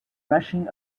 rushing